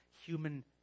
human